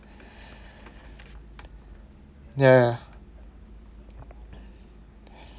ya